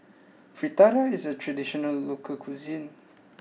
Fritada is a traditional local cuisine